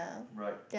right